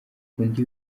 undi